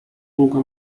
długo